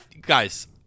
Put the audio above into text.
guys